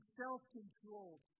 self-controlled